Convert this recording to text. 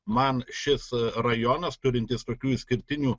man šis rajonas turintis tokių išskirtinių